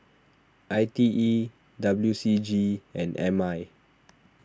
I T E W C G and M I